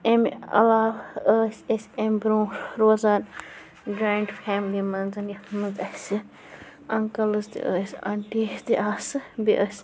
امہِ عَلاو ٲسۍ اَسہِ امہِ برٛونٛہہ روزان گرینٛڈ فیملی منٛز یَتھ منٛز اَسہِ انکَلٕز تہِ ٲسۍ انٛٹی تہِ آسہِ بیٚیہِ ٲسۍ